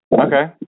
Okay